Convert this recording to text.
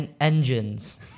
Engines